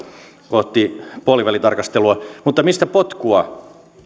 kohti puolivälitarkastelua mutta mistä potkua